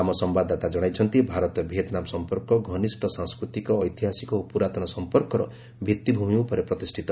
ଆମ ସମ୍ଭାଦଦାତା ଜଣାଇଛନ୍ତି ଭାରତ ଭିଏତନାମ ସଂପର୍କ ଘନିଷ୍ଠ ସାଂସ୍କୃତିକ ଐତିହାସିକ ଓ ପୁରାତନ ସଂପର୍କର ଭିଭିଭୂମି ଉପରେ ପ୍ରତିଷ୍ଠିତ